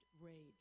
raids